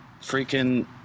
freaking